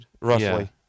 roughly